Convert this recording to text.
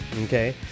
okay